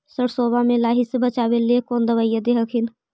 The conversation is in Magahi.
सरसोबा मे लाहि से बाचबे ले कौन दबइया दे हखिन?